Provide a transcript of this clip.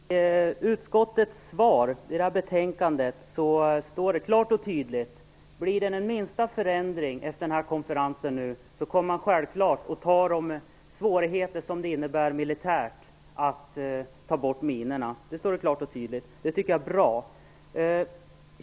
Fru talman! I utskottets svar i detta betänkande står klart och tydligt att om det blir den minsta förändring efter denna konferens, kommer man självklart att ta de svårigheter som det innebär militärt att ta bort minorna. Det står klart och tydligt. Det tycker jag är bra.